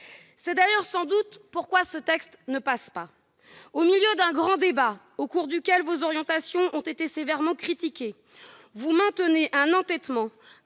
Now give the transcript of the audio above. C'est sans doute pourquoi ce texte ne passe pas. Au milieu d'un grand débat au cours duquel vos orientations ont été sévèrement critiquées, vous faites preuve d'un entêtement